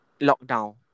lockdown